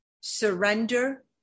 surrender